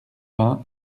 vingts